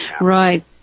Right